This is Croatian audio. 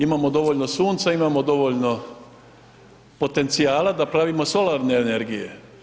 Imamo dovoljno sunca, imamo dovoljno potencijala da pravimo solarne energije.